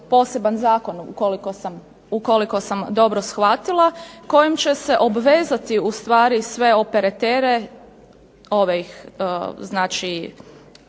poseban zakon ukoliko sam dobro shvatila kojim će se obvezati ustvari sve operatere